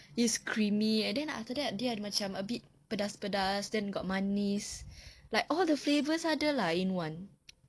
it's creamy and then after that dia ada macam a bit pedas-pedas then got manis like all the flavours ada lah in one